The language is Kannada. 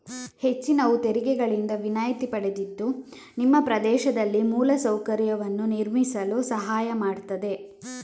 ಹೆಚ್ಚಿನವು ತೆರಿಗೆಗಳಿಂದ ವಿನಾಯಿತಿ ಪಡೆದಿದ್ದು ನಿಮ್ಮ ಪ್ರದೇಶದಲ್ಲಿ ಮೂಲ ಸೌಕರ್ಯವನ್ನು ನಿರ್ಮಿಸಲು ಸಹಾಯ ಮಾಡ್ತದೆ